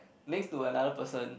makes to another person